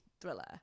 thriller